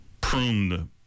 pruned